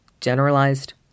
Generalized